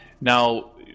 now